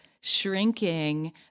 shrinking